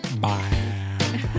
Bye